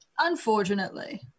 Unfortunately